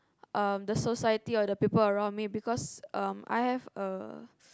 um the society or the people around me because um I have a